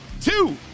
two